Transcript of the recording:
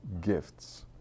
gifts